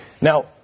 Now